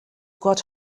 got